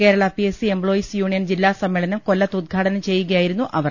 Kerala P S C employees union ജില്ലാ സമ്മേളനം കൊല്ലത്ത് ഉദ്ഘാടനം ചെയ്യുകയായിരുന്നു അവർ